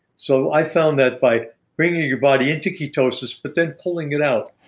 so i found that by bringing your body into ketosis but then pulling it out.